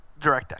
DirectX